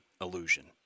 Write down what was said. illusion